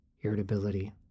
irritability